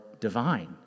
divine